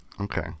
Okay